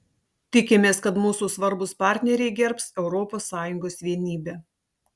tikimės kad mūsų svarbūs partneriai gerbs europos sąjungos vienybę